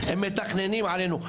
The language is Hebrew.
הם מתכננים עלינו.